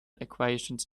equations